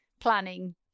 planning